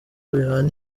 bihana